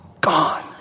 gone